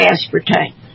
Aspartame